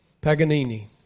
Paganini